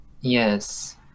yes